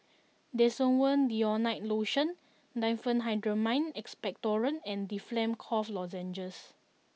Desowen Desonide Lotion Diphenhydramine Expectorant and Difflam Cough Lozenges